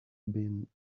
been